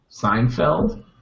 Seinfeld